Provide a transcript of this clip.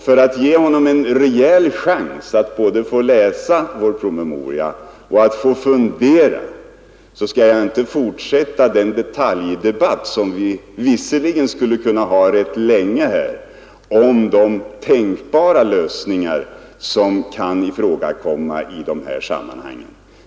För att ge honom en rejäl chans att läsa vår promemoria och att fundera skall jag därför inte fortsätta den detaljdebatt som vi skulle kunna föra rätt länge här om tänkbara lösningar i dessa sammanhang.